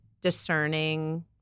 discerning